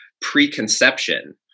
preconception